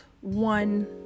one